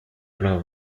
plein